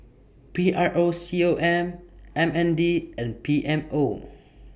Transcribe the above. P R O C O M M N D and P M O